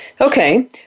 Okay